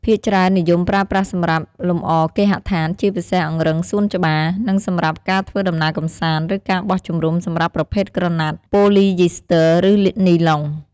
ភាគច្រើននិយមប្រើប្រាស់សម្រាប់លម្អគេហដ្ឋាន ជាពិសេសអង្រឹងសួនច្បារ និងសម្រាប់ការធ្វើដំណើរកម្សាន្ត ឬការបោះជំរុំសម្រាប់ប្រភេទក្រណាត់ប៉ូលីយីស្ទ័រឬនីឡុង។